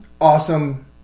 Awesome